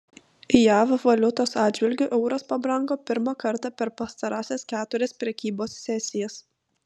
jav valiutos atžvilgiu euras pabrango pirmą kartą per pastarąsias keturias prekybos sesijas